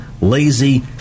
lazy